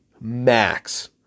max